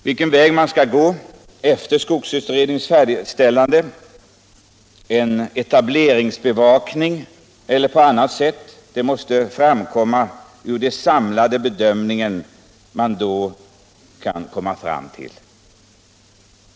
Vilken väg man skall gå efter skogsutredningens slutförande, om man skall sätta in en etableringsbevakning eller någon annan åtgärd, måste framkomma ur den samlade bedömning man då kan komma fram till.